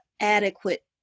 adequate